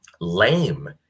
lame